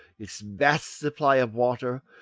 its vast supply of water,